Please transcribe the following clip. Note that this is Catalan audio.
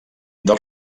del